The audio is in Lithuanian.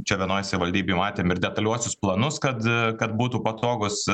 čia vienoj savivaldybėj matėm ir detaliuosius planus kad kad būtų patogūs